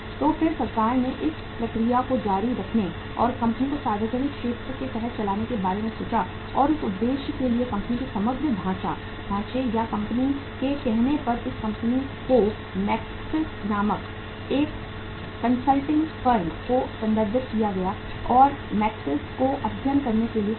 तो फिर सरकार ने इस प्रक्रिया को जारी रखने और कंपनी को सार्वजनिक क्षेत्र के तहत चलाने के बारे में सोचा और उस उद्देश्य के लिए कंपनी के समग्र ढांचे या कंपनी के कहने पर इस कंपनी को मैकिन्से नामक एक कंसल्टिंग फर्म को संदर्भित किया गया और मैकिन्से को अध्ययन करने के लिए कहा गया